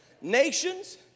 nations